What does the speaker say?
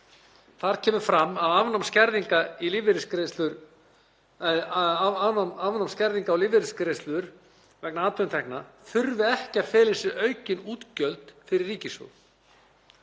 Þar kemur fram að afnám skerðinga á lífeyrisgreiðslur vegna atvinnutekna þurfi ekki að fela í sér aukin útgjöld fyrir ríkissjóð